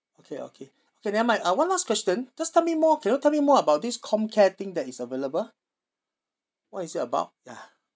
okay okay okay never mind uh one last question just tell me more can you tell me more about this comcare thing that is available what is it about ya